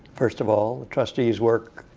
first of all. the trustees work